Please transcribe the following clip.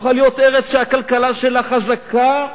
הפכה להיות ארץ שהכלכלה שלה חזקה,